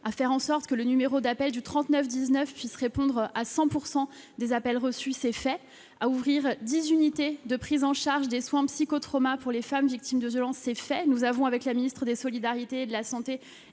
engagés à ce que le numéro d'appel 39 19 puisse répondre à 100 % des appels reçus : c'est fait ; à ouvrir dix unités de prise en charge des soins de psychotraumatologie pour les femmes victimes de violences : c'est fait- nous avons, avec la ministre des solidarités et de la santé,